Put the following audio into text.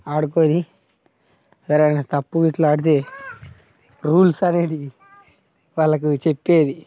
ఆడుకొని ఎవరైనా తప్పు గిట్ల ఆడితే రూల్స్ అనేది వాళ్ళకు చెప్పేది